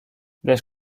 les